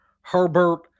Herbert